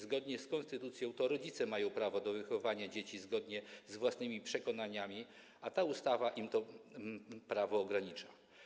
Zgodnie z konstytucją to rodzice mają prawo do wychowywania dzieci zgodnie z własnymi przekonaniami, a ta ustawa im to prawo ogranicza.